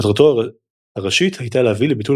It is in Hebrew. מטרתו הראשית הייתה להביא לביטול